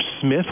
smith